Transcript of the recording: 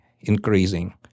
increasing